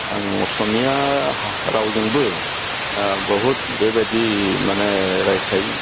आं असमिया हा रावजोंबो बुहुत बेबायदि माने रायथाइ